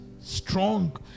Strong